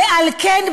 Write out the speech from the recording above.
ועל כן,